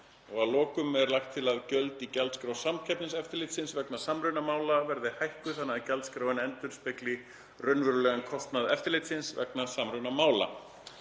Að lokum er lagt til að gjöld í gjaldskrá Samkeppniseftirlitsins vegna samrunamála verði hækkuð þannig að gjaldskráin endurspegli raunverulegan kostnað eftirlitsins vegna samrunamála.